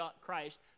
Christ